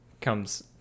comes